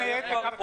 לא נכון.